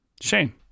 Shane